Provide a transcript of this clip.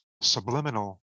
subliminal